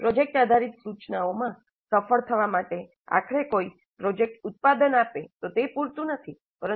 project આધારિત સૂચનાઓ મા સફળ થવા માટે આખરે કોઈ પ્રોજેક્ટ ઉત્પાદન આપે તો તે પૂરતું નથી પરંતુ